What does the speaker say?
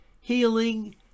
healing